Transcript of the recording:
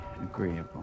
agreeable